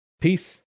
Peace